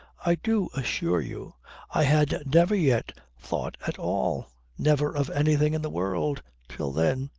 i do assure you i had never yet thought at all never of anything in the world, till then.